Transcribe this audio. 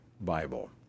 bible